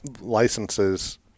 licenses